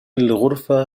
الغرفة